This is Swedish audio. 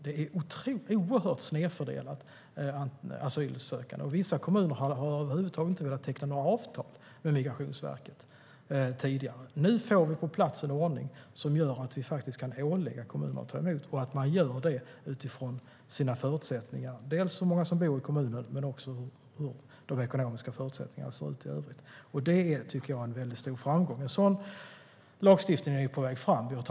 Det är oerhört snedfördelat vad gäller antalet asylsökande, och vissa kommuner har tidigare över huvud taget inte velat teckna avtal med Migrationsverket. Nu får vi på plats en ordning som gör att vi kan ålägga kommunerna att ta emot asylsökande. Det sker utifrån de förutsättningar kommunerna har, dels utifrån hur många som bor i kommunen, dels utifrån hur de ekonomiska förutsättningarna i övrigt ser ut. Det tycker jag är en stor framgång. En sådan lagstiftning är på väg att komma på plats.